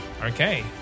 Okay